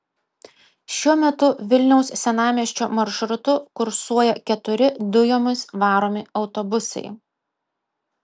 šiuo metu vilniaus senamiesčio maršrutu kursuoja keturi dujomis varomi autobusai